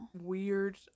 weird